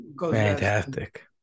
Fantastic